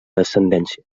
descendència